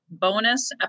bonus